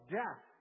death